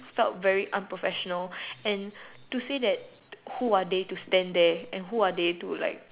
felt very unprofessional and to say that who are they to stand there and who are they to like